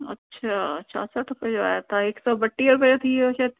अछा छाहठि रुपये आहे त हिकु सौ ॿटीह रुपये थी वियो शायदि